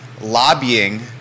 lobbying